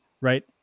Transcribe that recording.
right